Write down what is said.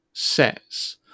sets